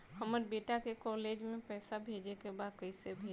हमर बेटा के कॉलेज में पैसा भेजे के बा कइसे भेजी?